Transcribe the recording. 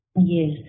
Yes